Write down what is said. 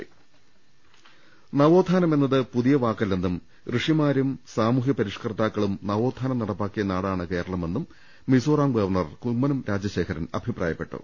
് നവോത്ഥാനമെന്നത് പുതിയ വാക്കല്ലെന്നും ഋഷിമാരും സാമൂ ഹൃപരിഷ്കർത്താക്കളും നവോത്ഥാനം നടപ്പാക്കിയ നാട്ടാണ് കേരളമെന്നും മിസോറാം ഗവർണർ കുമ്മനം രാജശേഖരൻ അഭിപ്രായപ്പെട്ടു